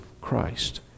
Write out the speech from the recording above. Christ